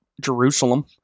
Jerusalem